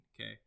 okay